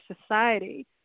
society